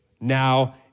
now